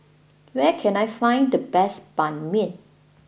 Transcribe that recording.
where can I find the best Ban Mian